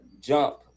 jump